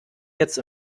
jetzt